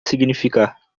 significar